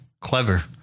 Clever